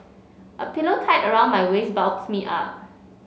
a pillow tied around my waist bulks me up